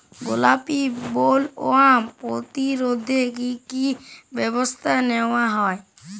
গোলাপী বোলওয়ার্ম প্রতিরোধে কী কী ব্যবস্থা নেওয়া হয়?